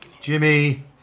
jimmy